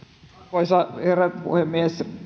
arvoisa herra puhemies